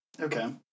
Okay